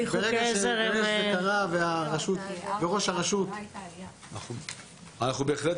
אנחנו בהחלט